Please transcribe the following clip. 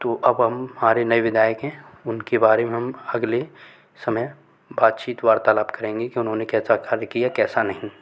तो अब हम हमारे नए विधायक हैं उनके बारे में हम अगले समय बातचीत वार्तालाप करेंगे उन्होंने कैसा कार्य किया कैसा नहीं